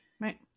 Right